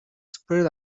spread